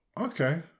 okay